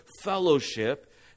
fellowship